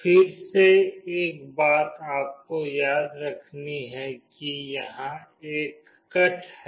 फिर से एक बात आपको याद रखनी है कि यहाँ एक कट है